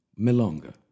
Melonga